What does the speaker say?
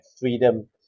freedom